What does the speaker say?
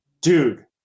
dude